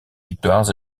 victoires